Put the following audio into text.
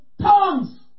tongues